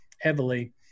heavily